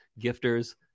gifters